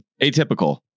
Atypical